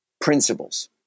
principles